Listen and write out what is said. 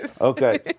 Okay